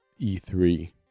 E3